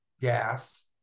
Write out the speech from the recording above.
gas